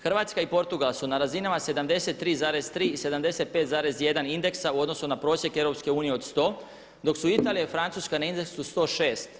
Hrvatska i Portugal su na razinama 73,3 i 75,1 indeksa u odnosu na prosjek EU od 100 dok su Italija, Francuska na indeksu 106.